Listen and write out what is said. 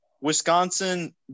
Wisconsin